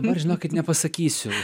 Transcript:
dabar žinokit nepasakysiu